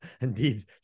indeed